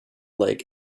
like